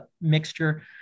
mixture